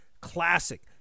Classic